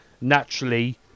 Naturally